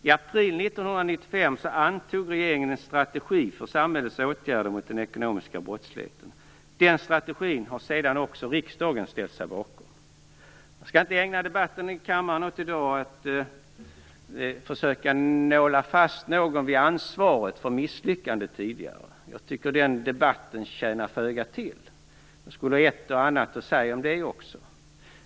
I april 1995 antog regeringen en strategi för samhällets åtgärder mot den ekonomiska brottsligheten. Den strategin har sedan också riksdagen ställt sig bakom. Jag skall inte ägna debatten i kammaren i dag åt att försöka nåla fast någon vid ansvaret för misslyckandet tidigare. Jag tycker att den debatten tjänar föga till. Det finns ett och annat att säga om det också.